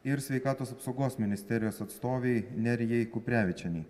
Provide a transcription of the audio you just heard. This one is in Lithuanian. ir sveikatos apsaugos ministerijos atstovei nerijai kuprevičienei